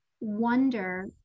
wonder